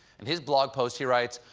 in his blog post, he writes,